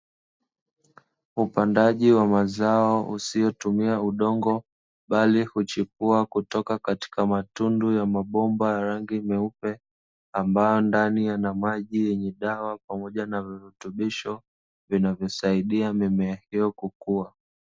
Upandaji wa mazao usiotumia udongo, bali huchipua kutoka katika matundu ya mabomba ya rangi nyeupe ambayo ndani yana maji yenye dawa pamoja na virutubisho vinavyosaidia mimea hiyo kukua.